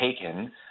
taken